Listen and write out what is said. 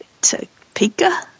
Topeka